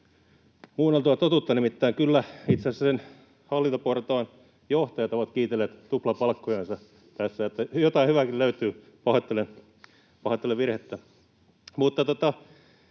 muunneltua totuutta. Nimittäin kyllä itse asiassa sen hallintoportaan johtajat ovat kiitelleet tuplapalkkojansa tässä, että jotain hyvääkin löytyy. Pahoittelen virhettä.